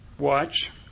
Watch